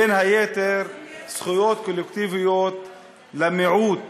בין היתר, זה זכויות קולקטיביות למיעוט,